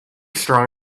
strong